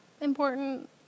important